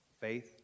faith